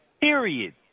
Period